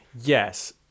Yes